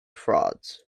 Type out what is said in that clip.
frauds